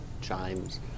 Chimes